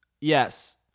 Yes